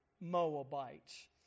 Moabites